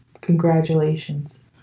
Congratulations